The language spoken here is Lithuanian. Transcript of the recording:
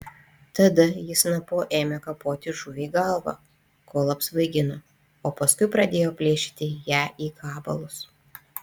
tada ji snapu ėmė kapoti žuviai galvą kol apsvaigino o paskui pradėjo plėšyti ją į gabalus